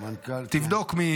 תבדוק.